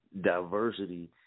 diversity